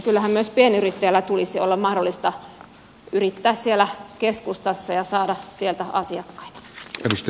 kyllähän myös pienyrittäjällä tulisi olla mahdollista yrittää siellä keskustassa ja saada sieltä asiakkaita